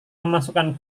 memasukkan